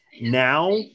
now